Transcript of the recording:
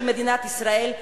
של מדינת ישראל,